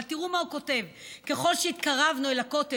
אבל תראו מה הוא כותב: ככל שהתקרבנו אל הכותל,